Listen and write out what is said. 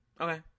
Okay